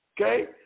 Okay